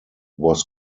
was